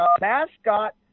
mascot